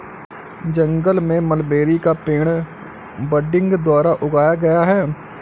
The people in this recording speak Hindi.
जंगल में मलबेरी का पेड़ बडिंग द्वारा उगाया गया है